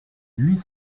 huit